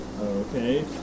Okay